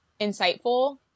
insightful